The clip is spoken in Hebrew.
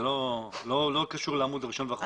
זה לא קשור לעמוד הראשון והאחרון.